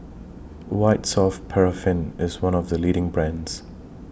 White Soft Paraffin IS one of The leading brands